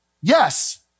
yes